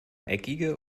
eckige